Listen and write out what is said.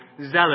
zealous